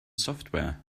software